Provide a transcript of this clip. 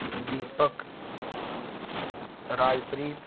Deepak Rajpreet